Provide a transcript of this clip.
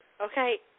okay